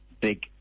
big